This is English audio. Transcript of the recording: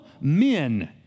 men